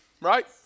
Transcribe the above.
Right